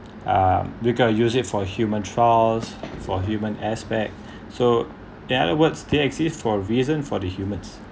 uh we gonna use it for human trials for human aspect so in other words they exist for reason for the humans